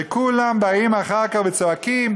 וכולם באים אחר כך וצועקים,